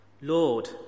Lord